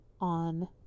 on